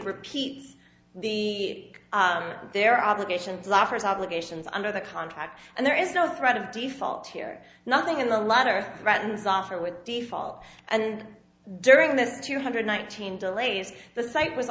repeat the their obligations laughters obligations under the contract and there is no threat of default here nothing in the letter threatens offer with default and during this two hundred nineteen delays the site was